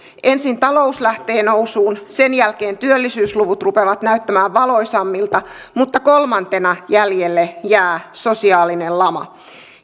ensin talous lähtee nousuun sen jälkeen työllisyysluvut rupeavat näyttämään valoisammilta mutta kolmantena jäljelle jää sosiaalinen lama